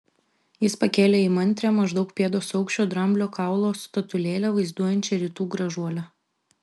jis pakėlė įmantrią maždaug pėdos aukščio dramblio kaulo statulėlę vaizduojančią rytų gražuolę